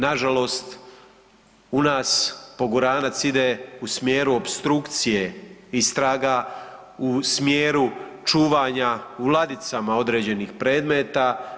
Na žalost u nas poguranac ide u smjeru opstrukcije istraga, u smjeru čuvanja u ladicama određenih predmeta.